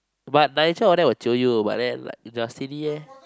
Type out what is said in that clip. but Nigel all that will jio but you then like just steady eh